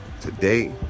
Today